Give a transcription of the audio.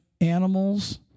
animals